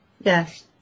Yes